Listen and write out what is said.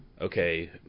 okay